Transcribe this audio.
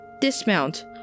Dismount